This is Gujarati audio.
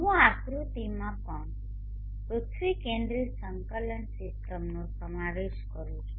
હું આ આકૃતિમાં પણ પૃથ્વી કેન્દ્રિત સંકલન સીસ્ટમનો સમાવેશ કરું છું